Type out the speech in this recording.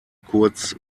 kurz